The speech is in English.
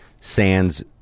Sands